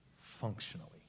functionally